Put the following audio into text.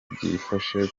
byifashe